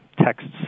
texts